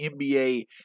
NBA